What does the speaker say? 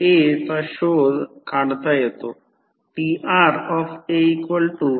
05 शोधू शकतो कारण येथे प्रतिबाधा म्हणजेच Z आहे